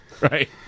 right